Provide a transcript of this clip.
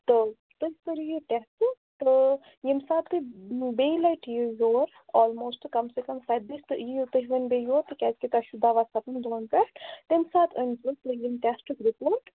تو تُہۍ کٔرِو یہِ ٹٮ۪سٹ تو ییٚمہِ ساتہٕ تُہۍ بیٚیہِ لَٹہِ یِیِو یور آلموسٹ کَم سے کَم سَتہِ دۄہہِ تہٕ یِیِو تُہۍ وۄنۍ بیٚیہِ یور تِکیٛازکہِ تۄہہِ چھُو دوا سَتَن دۄہَن پٮ۪ٹھ تَمہِ ساتہٕ أنۍزیو تُہۍ یِم ٹٮ۪سٹٕکۍ رِپوٹ